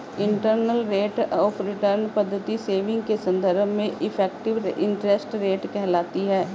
internal rate of return पद्धति saving के संदर्भ में इफेक्टिव इंटरेस्ट रेट कहलाती है